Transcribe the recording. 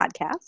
Podcast